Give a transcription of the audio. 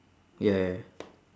ya ya